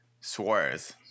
Suarez